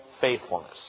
faithfulness